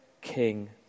King